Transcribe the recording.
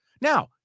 Now